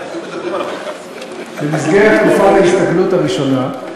במסגרת תקופת ההסתגלות הראשונה,